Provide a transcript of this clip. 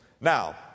Now